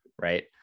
right